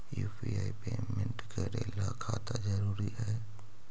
UPI payment करे ला खाता जरूरी है?